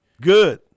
Good